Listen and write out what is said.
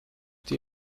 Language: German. die